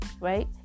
right